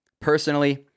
personally